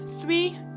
three